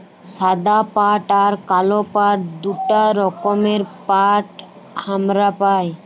সাদা পাট আর কাল পাট দুটা রকমের পাট হামরা পাই